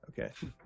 Okay